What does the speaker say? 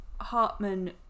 Hartman